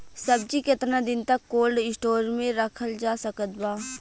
सब्जी केतना दिन तक कोल्ड स्टोर मे रखल जा सकत बा?